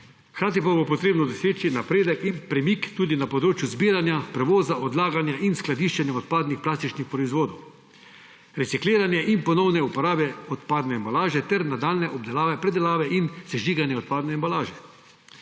Hkrati pa bo potrebno doseči napredek in premik tudi na področju zbiranja, prevoza, odlaganja in skladiščenja odpadnih plastičnih proizvodov, recikliranje in ponovne uporabe odpadne embalaže ter nadaljnje obdelave, predelave in sežiganje odpadne embalaže.